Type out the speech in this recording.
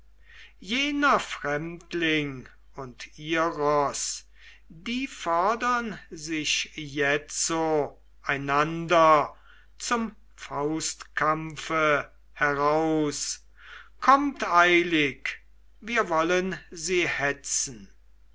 jener fremdling und iros die fordern sich jetzo einander zum faustkampfe heraus kommt eilig wir wollen sie hetzen